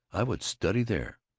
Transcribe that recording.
i would study there.